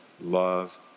Love